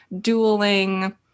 dueling